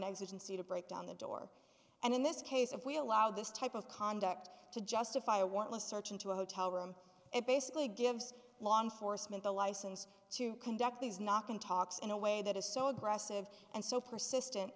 exit and see to break down the door and in this case if we allow this type of conduct to justify a want to search into a hotel room it basically gives law enforcement the license to conduct these knocking talks in a way that is so aggressive and so persistent